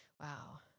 Wow